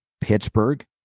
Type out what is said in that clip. Pittsburgh